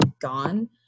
Gone